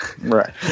Right